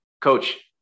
Coach